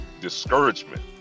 discouragement